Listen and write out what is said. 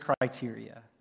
criteria